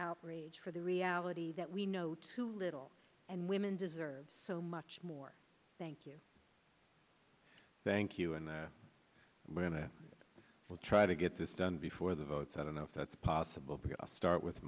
outrage for the reality that we know too little and women deserve so much more thank you thank you and when i will try to get this done before the votes i don't know if that's possible because i start with